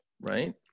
right